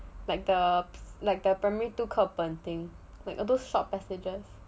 like the like the primary two 课本 thing like those short passages